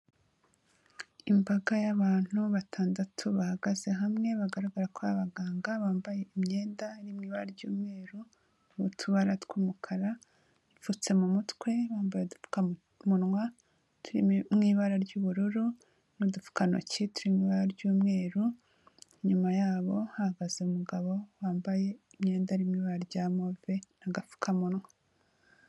Imbaga y'abantu batandatu bahagaze hamwe bagaragara ko ari abaganga bambaye imyenda iri mu iba ry'umweru n'utubara tw'umukara ipfutse mu mutwe bambaye udupfukamunwa turi mu ibara ry'ubururu n'udupfukantokiti turi mu ibara ry'umweru, inyuma yabo hahagaze umugabo wambaye imyenda iri mu ibara rya move n'agapfukamunwa.